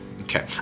Okay